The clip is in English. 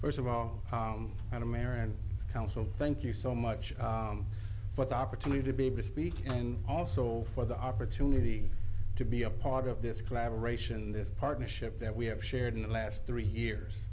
first of all an american council thank you so much for the opportunity to be bespeak and also for the opportunity to be a part of this collaboration this partnership that we have shared in the last three years